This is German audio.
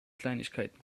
kleinigkeiten